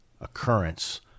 occurrence